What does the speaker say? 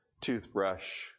toothbrush